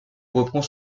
reprend